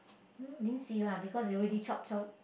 didn't see lah because they already chop chop